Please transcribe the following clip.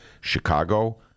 Chicago